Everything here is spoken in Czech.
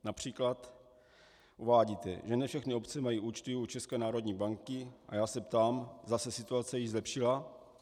Například uvádíte, že ne všechny obce mají účty u České národní banky, a já se ptám, zda se situace již zlepšila.